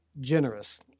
generous